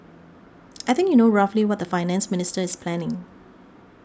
I think you know roughly what the Finance Minister is planning